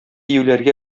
юләргә